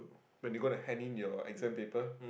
when you going to hand in your exam paper